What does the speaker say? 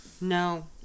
No